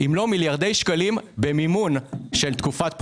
אם לא מיליארדי שקלים במימון של תקופת בחירות,